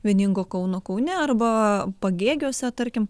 vieningo kauno kaune arba pagėgiuose tarkim